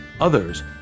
Others